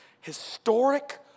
Historic